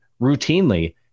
routinely